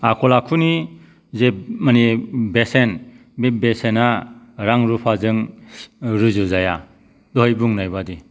आखल आखुनि जे माने बेसेन बे बेसेना रां रुफा जों रुजु जाया दहाय बुंनाय बायदि